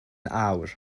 awr